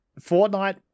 Fortnite